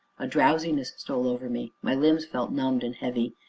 a drowsiness stole over me, my limbs felt numbed and heavy.